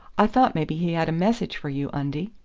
i thought maybe he had a message for you, undie.